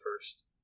first